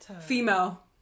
female